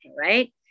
right